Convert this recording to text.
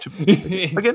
Again